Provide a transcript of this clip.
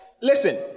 Listen